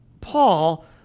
Paul